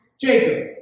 Jacob